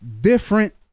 different